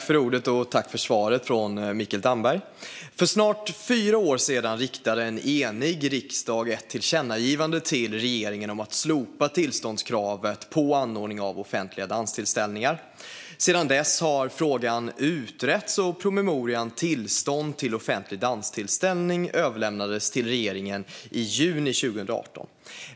Fru talman! Tack för svaret från Mikael Damberg! För snart fyra år sedan riktade en enig riksdag ett tillkännagivande till regeringen om att slopa tillståndskravet på anordnande av offentliga danstillställningar. Sedan dess har frågan utretts, och promemorian Tillstånd till offentlig danstillställning överlämnades till regeringen i juni 2018.